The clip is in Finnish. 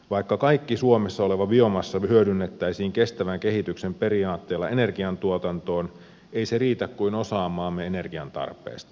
vaikka kaikki suomessa oleva biomassa hyödynnettäisiin kestävän kehityksen periaatteella energiantuotantoon ei se riitä kuin osaan maamme energiantarpeesta